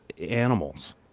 animals